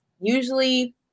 usually